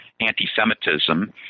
anti-Semitism